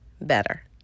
better